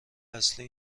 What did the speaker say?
اصلی